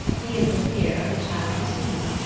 he is the peer of the child who sees.